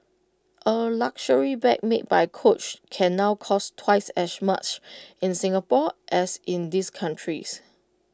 A luxury bag made by coach can now cost twice as much in Singapore as in these countries